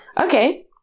okay